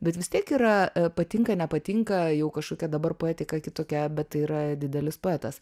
bet vis tiek yra patinka nepatinka jau kažkokia dabar poetika kitokia bet tai yra didelis poetas